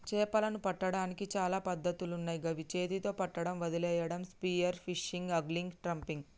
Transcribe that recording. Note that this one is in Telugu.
చేపలను పట్టడానికి చాలా పద్ధతులున్నాయ్ గవి చేతితొ పట్టడం, వలేయడం, స్పియర్ ఫిషింగ్, ఆంగ్లిగ్, ట్రాపింగ్